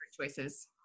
choices